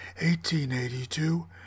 1882